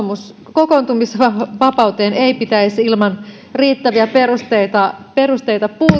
kokoontumisvapauteen ei pitäisi ilman riittäviä perusteita perusteita